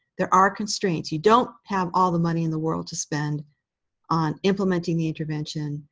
there are constraints. you don't have all the money in the world to spend on implementing the intervention.